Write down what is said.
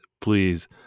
please